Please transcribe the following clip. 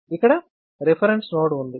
ఇక్కడ reference node ఉంది